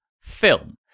film